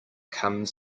comes